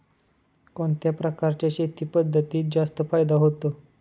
कोणत्या प्रकारच्या शेती पद्धतीत जास्त फायदा होतो?